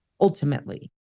ultimately